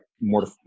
More